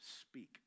speak